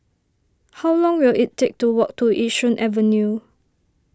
how long will it take to walk to Yishun Avenue